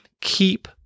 Keep